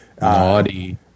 Naughty